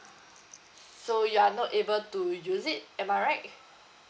so you are not able to use it am I right